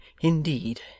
indeed